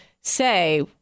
say